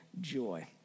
joy